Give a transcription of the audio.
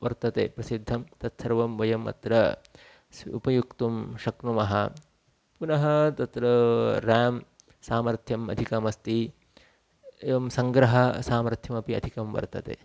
वर्तते प्रसिद्धं तत्सर्वं वयम् अत्र स् उपयुक्तुं शक्नुमः पुनः तत्र रेम् सामर्थ्यम् अधिकमस्ति एवं सङ्ग्रहसामर्थ्यमपि अधिकं वर्तते